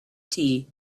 tea